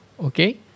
okay